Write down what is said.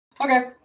Okay